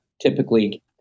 typically